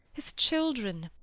as children.